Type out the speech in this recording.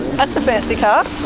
that's a fancy car.